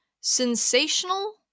sensational